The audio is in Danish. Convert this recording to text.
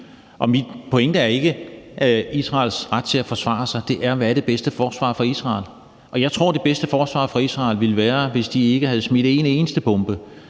Min pointe handler ikke om Israels ret til at forsvare sig, men hvad det bedste forsvar er for Israel. Og jeg tror, det bedste forsvar for Israel ville være, hvis de ikke havde smidt en eneste bombe,